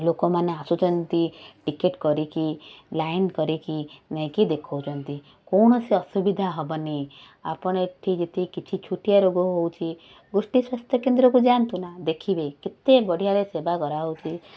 ଲୋକମାନେ ଆସୁଛନ୍ତି ଟିକେଟ କରିକି ଲାଇନ୍ କରିକି ନେଇକି ଦେଖଉଛନ୍ତି କୌଣସି ଅସୁବିଧା ହବନି ଆପଣ ଏଇଠି ଯଦି କିଛି ଛୋଟିଆ ରୋଗ ହେଉଛି ଗୋଷ୍ଠୀ ସ୍ବାସ୍ଥ୍ୟକେନ୍ଦ୍ରକୁ ଯାଆନ୍ତୁ ନା ଦେଖିବେ କେତେ ବଢ଼ିଆରେ ସେବା କରାହେଉଛି